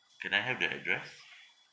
can I have the address